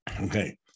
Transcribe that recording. Okay